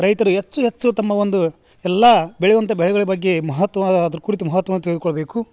ರೈತರು ಹೆಚ್ಚು ಹೆಚ್ಚು ತಮ್ಮ ಒಂದು ಎಲ್ಲಾ ಬೆಳೆವಂಥ ಬೆಳೆಗಳ ಬಗ್ಗೆ ಮಹತ್ವವಾದರು ಕುರ್ತು ಮಹತ್ವ ತಿಳ್ಕೊಳ್ಬೇಕು